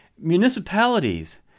Municipalities